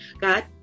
God